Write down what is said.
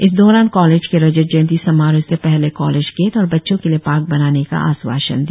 इस दौरान उन्होंने कालेज के रजत जंयती समारोह से पहले कॉलेज गेट और बच्चों के लिए पार्क बनाने का आश्वासन दिया